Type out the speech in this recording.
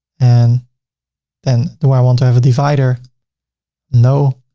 and then do i want to have a divider no.